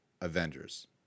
Avengers